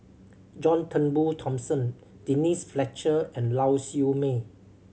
John Turnbull Thomson Denise Fletcher and Lau Siew Mei